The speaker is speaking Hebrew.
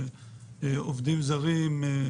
אם זה עובדים זרים,